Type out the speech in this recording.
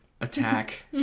attack